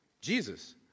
Jesus